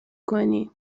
کنی